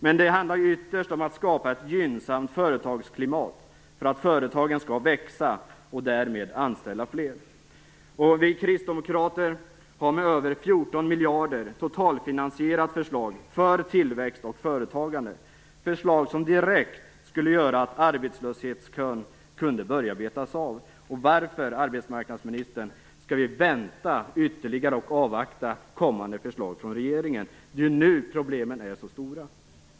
Ytterst handlar det dock om att skapa ett gynnsamt företagsklimat för att företagen skall växa och därmed anställa fler. Vi kristdemokrater har med över 14 miljarder totalfinansierat förslag för tillväxt och företagande, förslag som direkt skulle göra att arbetslöshetskön kunde börja betas av. Varför, arbetsmarknadsministern, skall vi vänta ytterligare och avvakta kommande förslag från regeringen? Det är ju nu problemen är så stora.